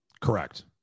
Correct